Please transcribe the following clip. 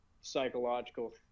psychological